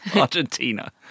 Argentina